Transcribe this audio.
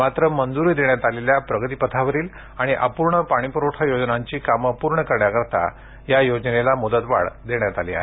मात्र मंजूरी देण्यात आलेल्या प्रगतीपथावरील आणि अपूर्ण पाणीपूरवठा योजनांची कामं पूर्ण करण्याकरता या योजनेला मुदतवाढ देण्यात आली आहे